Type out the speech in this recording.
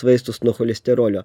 vaistus nuo cholesterolio